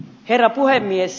herra puhemies